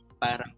parang